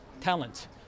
talent